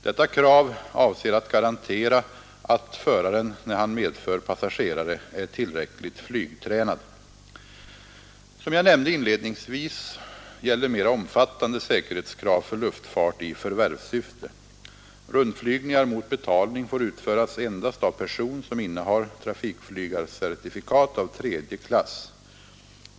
Detta krav avser att garantera att föraren när han medför Nr 129 passagerare är tillräckligt flygtränad. Torsdagen den Som jag nämnde inledningsvis gäller mera omfattande säkerhetskrav 18 november 1971 för luftfart i förvärvssyfte. Rundflygningar mot etalniog får utföras Ova särskilt körkort endast av person som innehar trafikflygarcertifikat av tredje klass.